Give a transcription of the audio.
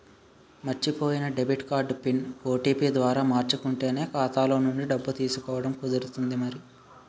మర్చిపోయిన debit card pin, OTP ద్వారా మార్చుకుంటేనే ఖాతాలో నుండి డబ్బులు తీసుకోవడం కుదురుతుంది మరి